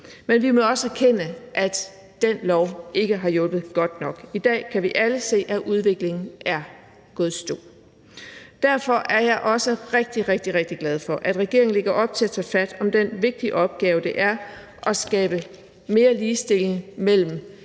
Men vi må også erkende, at den lov ikke har hjulpet godt nok. I dag kan vi alle se, at udviklingen er gået i stå. Derfor er jeg også rigtig, rigtig glad for, at regeringen lægger op til at tage fat på den vigtige opgave, det er at skabe mere ligestilling mellem